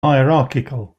hierarchical